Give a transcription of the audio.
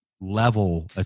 level